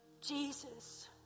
Jesus